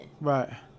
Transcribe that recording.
Right